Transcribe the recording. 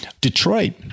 detroit